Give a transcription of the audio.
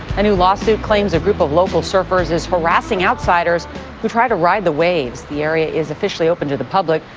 a new lawsuit claims a group of local surfers is harassing outsiders who try to ride the waves. the area is officially opened to the public,